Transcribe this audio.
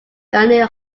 ernie